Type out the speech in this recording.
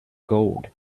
gold